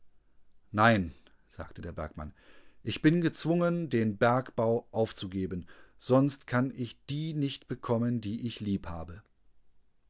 nein sagte der bergmann ich bin gezwungen den bergbau aufzugeben sonst kann ich die nicht bekommen die ich